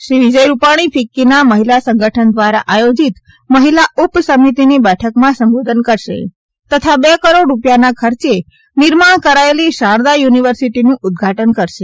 શ્રી વિજય રૂપાણી ફિકકીના મહિલા સંગઠન દ્વારા આયોજીત મહિલા ઉપ સમિતીની બેઠકમાં સંબોધન કરશે તથા બે કરોડ રૂપિયાના ખર્ચે નિર્માણ કરાચેલી શારદા યુનિવર્સીટીનું ઉદઘાટન કરશે